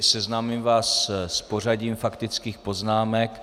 Seznámím vás s pořadím faktických poznámek.